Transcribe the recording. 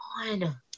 on